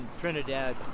Trinidad